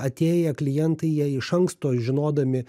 atėję klientai jie iš anksto žinodami